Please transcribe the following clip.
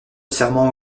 serment